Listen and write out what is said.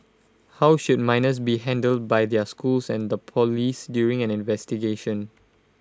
how should minors be handled by their schools and the Police during an investigation